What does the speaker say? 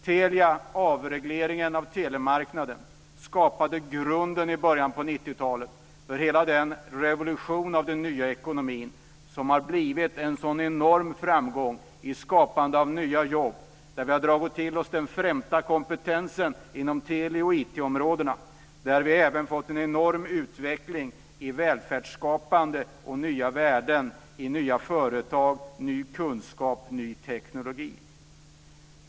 Telia och avregleringen av telemarknaden skapade i början av 90-talet grunden för hela den revolution av den nya ekonomin som har blivit en sådan enorm framgång för skapandet av nya jobb. Vi har dragit till oss den främsta kompetensen inom teleoch IT-områdena, och vi har även fått en enorm utveckling inom välfärdsskapande och nya värden, i nya företag, ny kunskap och ny teknologi.